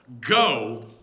Go